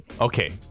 Okay